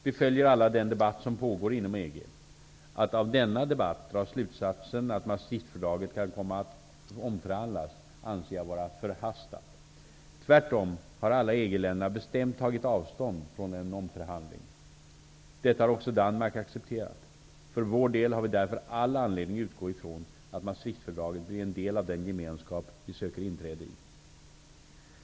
Vi följer alla den debatt som pågår inom EG. Att av denna debatt dra slutsatsen att Maastrichtfördraget kan komma att omförhandlas anser jag vara förhastat. Tvärtom har alla EG-länderna bestämt tagit avstånd ifrån en omförhandling. Detta har också Danmark accepterat. För vår del har vi därför all anledning utgå ifrån att Maastrichtfördraget blir en del av den Gemenskap vi söker inträde i.